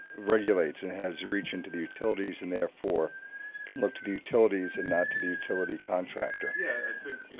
regulates and has reached into the utilities and therefore can look to the utilities and not to the utility contractor? yeah i think